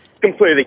completely